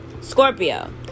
scorpio